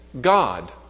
God